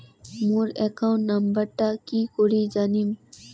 মোর account নাম্বারটা কি করি জানিম?